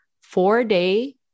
four-day